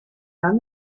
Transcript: done